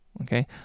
okay